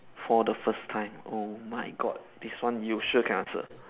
for the first time oh my god this one you sure can answer